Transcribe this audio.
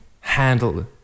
handle